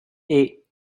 eight